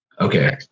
Okay